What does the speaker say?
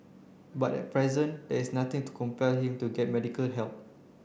but at present there is nothing to compel him to get medical help